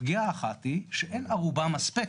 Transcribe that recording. הפגיעה האחת היא שאין ערובה מספקת,